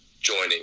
joining